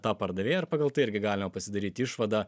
tą pardavėją ir pagal tai irgi galima pasidaryt išvadą